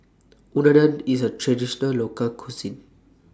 Unadon IS A Traditional Local Cuisine